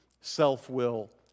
self-will